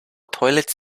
toilets